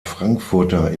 frankfurter